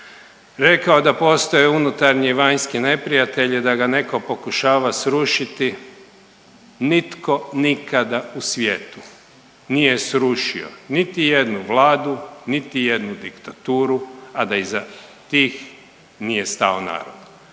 rekao da postoje unutarnji i vanjski neprijatelji, da ga netko pokušava srušiti. Nitko nikada u svijetu nije srušio niti jednu vladu, niti jednu diktaturu, a da iza tih nije stao narod.